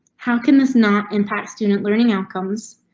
how can this not? impact student learning outcomes.